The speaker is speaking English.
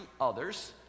others